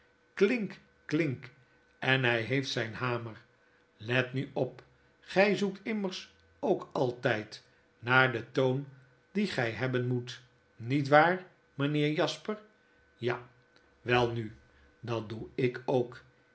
klink klink en hij heeft zijn hamer let nu op gij zoekt immers ook altyd naar den toon dien gij hebben moet niet waar mijnheer jasper ja welnu dat doe ik ook